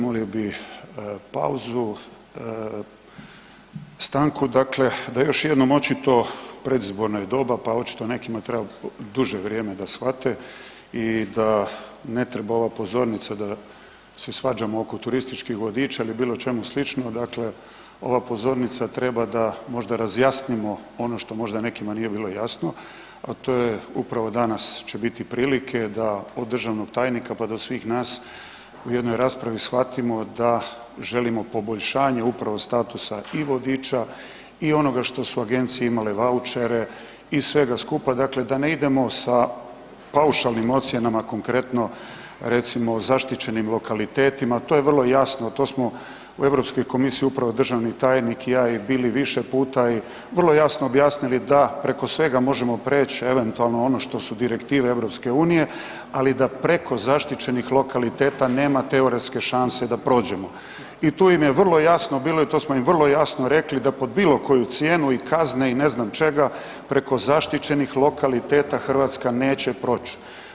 Molio bih pauzu, stanku dakle da još jednom očito, predizborno je doba pa očito nekima treba duže vrijeme da shvate i da ne treba ova pozornica da se svađamo oko turističkih vodiča ili bilo čemu slično, dakle ova pozornica treba da možda razjasnimo ono što možda nekima nije bilo jasno, a to je upravo danas će biti prilike da od državnog tajnika pa do svih nas u jednoj raspravi shvatimo da želimo poboljšanje upravo statusa i vodiča i onoga što su agencije imale vaučere i svega skupa, dakle da ne idemo sa paušalnim ocjenama, konkretno, recimo, zaštićenim lokalitetima, to je vrlo jasno, to smo u EU komisiji upravo državni tajnik i ja i bili više puta i vrlo jasno objasnili da preko svega možemo prijeći, eventualno ono što su direktive EU, ali da preko zaštićenih lokaliteta nema teoretske šanse da prođemo i tu im je vrlo jasno bilo i to smo im vrlo jasno rekli da pod bilo koju cijenu i kazne i ne znam čega, preko zaštićenih lokaliteta Hrvatska neće proći.